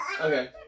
Okay